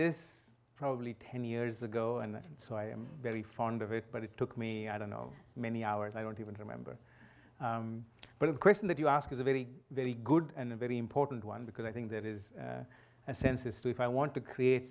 this probably ten years ago and so i am very fond of it but it took me i don't know many hours i don't even remember but the question that you ask is a very very good and a very important one because i think there is a sense as to if i want to create